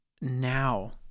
now